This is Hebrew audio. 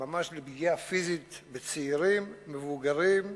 ממש לפגיעה פיזית בצעירים, מבוגרים,